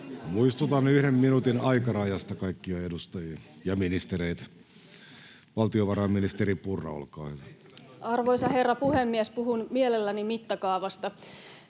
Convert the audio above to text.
Muistutan yhden minuutin aikarajasta kaikkia edustajia ja ministereitä. — Valtiovarainministeri Purra, olkaa hyvä. [Speech 62] Speaker: Riikka Purra